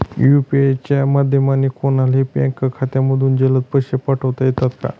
UPI च्या माध्यमाने कोणलाही बँक खात्यामधून जलद पैसे पाठवता येतात का?